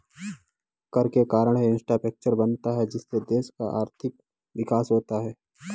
कर के कारण है इंफ्रास्ट्रक्चर बनता है जिससे देश का आर्थिक विकास होता है